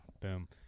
boom